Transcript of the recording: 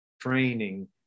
training